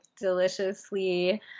deliciously